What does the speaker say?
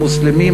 המוסלמים,